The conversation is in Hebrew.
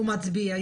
והוא מצביע,